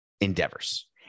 endeavors